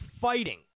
fighting